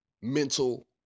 Mental